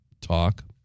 talk